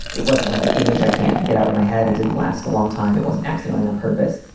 it wasn't like an image i can't get out of my head. it didn't last a long time. it wasn't accidental on purpose.